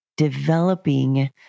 Developing